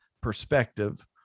perspective